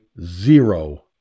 zero